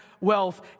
wealth